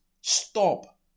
stop